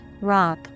rock